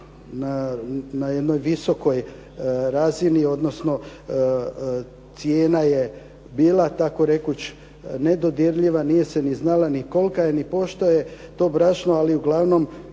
na jednoj visokoj razini, odnosno cijena je bila takorekuć nedodirljiva. Nije se ni znala ni kolika je ni pošto je to brašno, ali uglavnom